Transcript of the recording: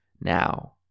now